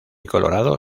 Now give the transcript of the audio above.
colorado